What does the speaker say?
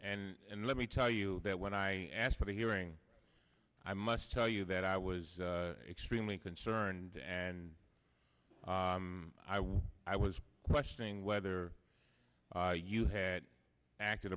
and let me tell you that when i asked for the hearing i must tell you that i was extremely concerned and i was i was questioning whether you had acted